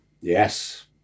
Yes